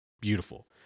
beautiful